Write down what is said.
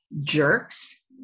jerks